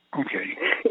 Okay